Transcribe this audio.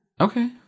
Okay